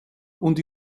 und